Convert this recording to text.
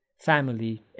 family